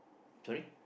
sorry